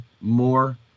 more